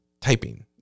typing